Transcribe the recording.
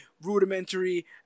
rudimentary